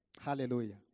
Hallelujah